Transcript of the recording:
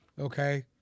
Okay